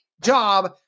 job